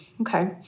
Okay